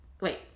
wait